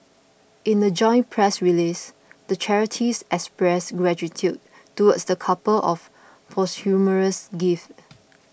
in a joint press release the charities expressed gratitude towards the couple of posthumous gift